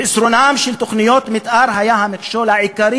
חסרונן של תוכניות מתאר היה המכשול העיקרי